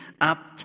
up